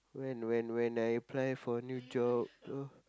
when when when I apply for new job know